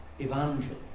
evangel